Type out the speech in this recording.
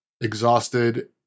exhausted